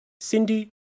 Cindy